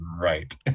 Right